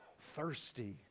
thirsty